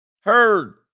Heard